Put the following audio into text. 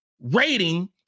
rating